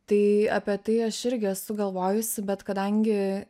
tai apie tai aš irgi esu galvojusi bet kadangi